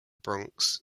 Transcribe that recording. bronx